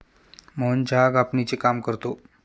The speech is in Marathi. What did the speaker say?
मोहन चहा कापणीचे काम करतो